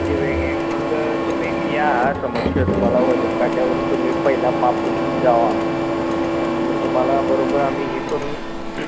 जी वेगळी मग तुम्ही या समक्ष तुम्हाला वजनकाट्यावरून तुम्ही पहिला मापून जावा आणि मग तुम्हाला बरोबर आम्ही हे करून